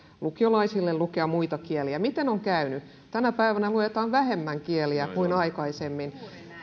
lukiolaisille lukea muita kieliä miten on käynyt tänä päivänä luetaan vähemmän kieliä kuin aikaisemmin